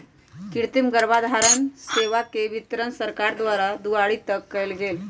कृतिम गर्भधारण सेवा के वितरण सरकार द्वारा दुआरी तक कएल गेल